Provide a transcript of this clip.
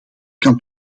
kan